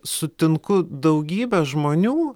sutinku daugybę žmonių